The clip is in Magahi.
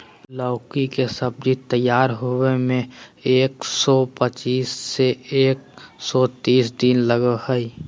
लौकी के सब्जी तैयार होबे में एक सौ पचीस से एक सौ तीस दिन लगा हइ